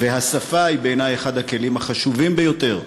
ובעיני, השפה היא אחד הכלים החשובים ביותר,